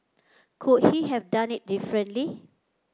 could he have done it differently